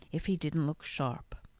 if he didn't look sharp!